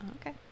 Okay